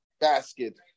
basket